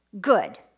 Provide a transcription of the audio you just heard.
good